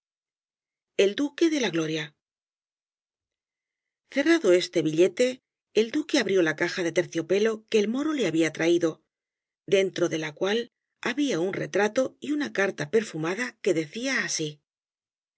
l duque de la gloria cerrado este billete el duque abrió la caja de terciopelo que el moro le había traído dentro de la cual había un retrato y una carta perfumada que decía así